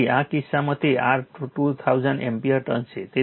તેથી આ કિસ્સામાં તે R2000 એમ્પીયર ટર્ન્સ છે